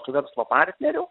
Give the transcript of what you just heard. su verslo partneriu